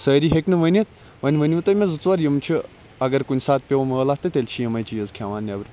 سٲری ہیٚکہِ نہٕ ؤنِتھ وۄنۍ ؤنِو تۄہہِ مےٚ زٕ ژور یِم چھِ اَگَر کُنہ ساتہٕ پیٚو مٲلہَ تیٚلہِ چھِ یِمے چیٖز کھیٚوان نیٚبرٕ